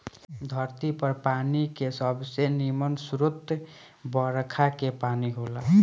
धरती पर पानी के सबसे निमन स्रोत बरखा के पानी होला